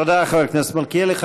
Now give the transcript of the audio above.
תודה, חבר הכנסת מלכיאלי.